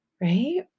right